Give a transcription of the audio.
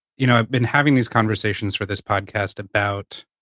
you know, i've been having these conversations for this podcast about